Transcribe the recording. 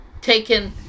taken